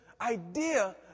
idea